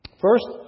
First